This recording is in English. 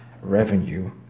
revenue